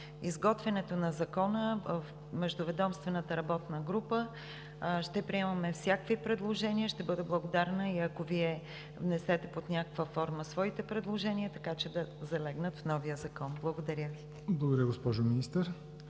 изготвянето на закона в Междуведомствената работна група ще приемаме всякакви предложения. Ще бъда благодарна и Вие ако внесете под някаква форма своите предложения, така че да залегнат в новия закон. Благодаря Ви. ПРЕДСЕДАТЕЛ ЯВОР